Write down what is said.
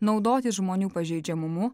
naudotis žmonių pažeidžiamumu